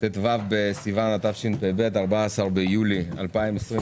ט"ו בסיון התשפ"ב 14 ביולי 2022,